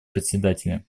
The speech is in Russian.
председателя